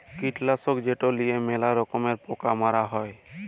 কীটলাসক যেট লিঁয়ে ম্যালা রকমের পকা মারা হ্যয়